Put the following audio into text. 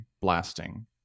blasting